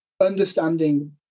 understanding